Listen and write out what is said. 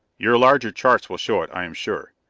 your larger charts will show it, i am sure.